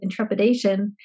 intrepidation